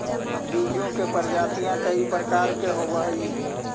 बीजों की प्रजातियां कई प्रकार के होवअ हई